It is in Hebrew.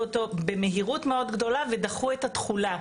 אותו במהירות מאוד גדולה ודחו את התכולה,